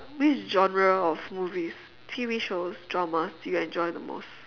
which genre of movies T_V shows dramas do you enjoy the most